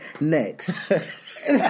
Next